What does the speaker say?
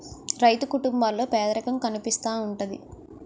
రైతు కుటుంబాల్లో పేదరికం కనిపిస్తా ఉంటది